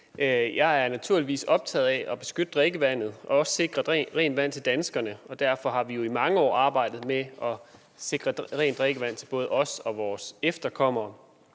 Jeg er naturligvis optaget af at beskytte drikkevandet og sikre rent vand til danskerne, og derfor har vi jo i mange år arbejdet med at sikre rent drikkevand til både os og vores efterkommere.